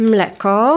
Mleko